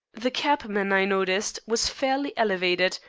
the cabman, i noticed, was fairly elevated,